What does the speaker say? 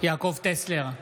יעקב טסלר,